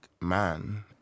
man